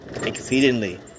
exceedingly